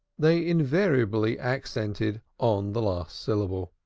they invariably accentuated on the last syllable.